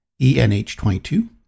ENH22